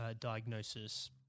diagnosis